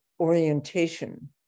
orientation